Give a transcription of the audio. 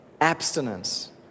Abstinence